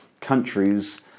countries